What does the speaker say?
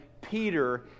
Peter